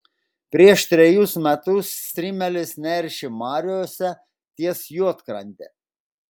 prieš trejus metus strimelės neršė mariose ties juodkrante